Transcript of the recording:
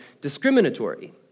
discriminatory